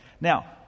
Now